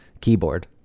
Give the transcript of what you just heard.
keyboard